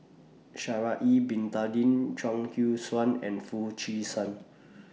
Sha'Ari Bin Tadin Chuang Hui Tsuan and Foo Chee San